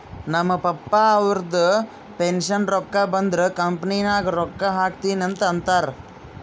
ನಮ್ ಪಪ್ಪಾ ಅವ್ರದು ಪೆನ್ಷನ್ ರೊಕ್ಕಾ ಬಂದುರ್ ಕಂಪನಿ ನಾಗ್ ರೊಕ್ಕಾ ಹಾಕ್ತೀನಿ ಅಂತ್ ಅಂತಾರ್